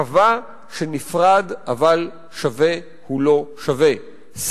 קבע שנפרד אבל שווה הוא לא שווה,